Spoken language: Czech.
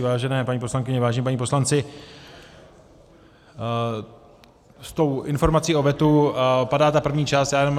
Vážené paní poslankyně, vážení páni poslanci, s tou informací o vetu padá ta první část.